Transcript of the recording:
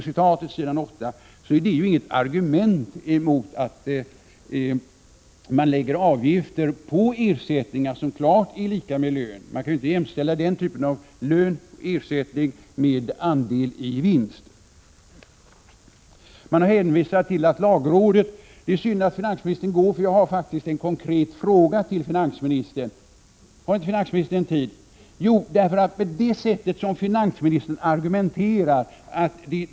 Det är ju inget argument mot avgifter på ersättningar som klart är lika med lön. Man kan inte jämställa den typen av löneersättning med andel i vinst. Det är synd att finansministern nu går, för jag har faktiskt en konkret fråga till finansministern. Har inte finansministern tid?